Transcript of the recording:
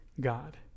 God